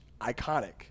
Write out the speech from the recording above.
iconic